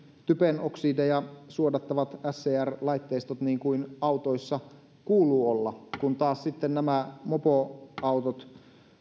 typen oksideja suodattavat scr laitteistot niin kuin autoissa kuuluu olla kun taas sitten nämä mopoautot